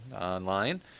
online